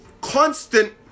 constant